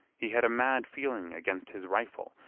he had a mad feeling against his rifle,